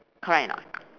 correct or not